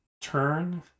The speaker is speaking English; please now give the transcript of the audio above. turn